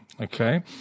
Okay